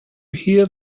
hear